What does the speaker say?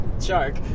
Shark